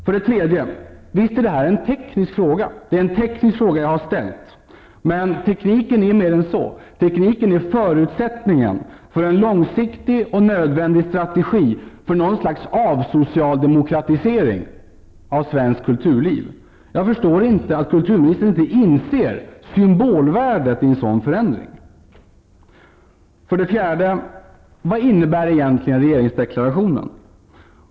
För det tredje: Visst är detta en teknisk fråga, och det är en teknisk fråga som jag har ställt. Men tekniken är mer än så. Tekniken är förutsättningen för en långsiktig och nödvändig strategi för något slags avsocialdemokratisering av svenskt kulturliv. Jag förstår inte att kulturministern inte inser symbolvärdet i en sådan förändring. För det fjärde: Vad innebär egentligen regeringsdeklarationen?